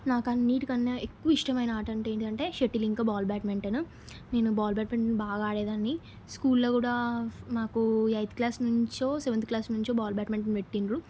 నాకు అన్నిటికన్నా ఎక్కువ ఇష్టమైన ఆటంటే ఏంటిదంటే షటిల్ ఇంకా బాల్ బ్యాట్మెంటెను నేను బాల్ బ్యాట్మెంటన్ బాగా ఆడేదాన్ని స్కూల్లో కూడా మాకు ఎయిత్ క్లాస్ నుంచో సెవంత్ క్లాస్ నుంచో బాల్ బ్యాట్మెంటెన్ పెట్టిండ్రు